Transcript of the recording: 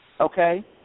okay